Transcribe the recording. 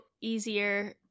easier